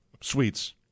sweets